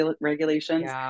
regulations